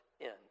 end